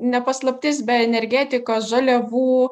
ne paslaptis be energetikos žaliavų